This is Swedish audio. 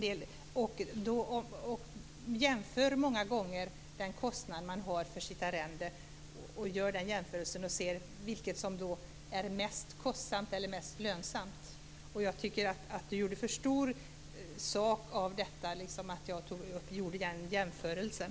Man jämför i många fall kostnader för arrendet för att se vilket som är mest kostsamt eller mest lönsamt. Jag tycker att Bengt Kronblad gör för stor sak av att jag gjorde den jämförelsen.